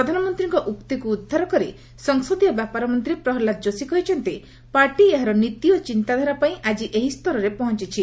ପ୍ରଧାନମନ୍ତ୍ରୀଙ୍କ ଉକ୍ତିକୁ ଉଦ୍ଧାର କରି ସଂସଦୀୟ ବ୍ୟାପାର ମନ୍ତ୍ରୀ ପ୍ରହଲ୍ଲାଦ ଯୋଶୀ କହିଛନ୍ତି ପାର୍ଟି ଏହାର ନୀତି ଓ ଚିନ୍ତାଧାରା ପାଇଁ ଆଜି ଏହି ସ୍ତରରେ ପହଞ୍ଚିଛି